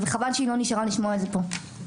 חבל שהיא לא נשארה לשמוע את זה פה.